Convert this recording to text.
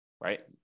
right